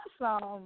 Awesome